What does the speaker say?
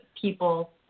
people